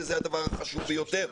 וזה הדבר החשוב ביותר,